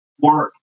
work